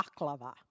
baklava